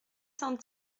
cent